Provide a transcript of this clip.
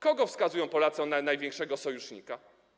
Kogo wskazują Polacy jako największego sojusznika?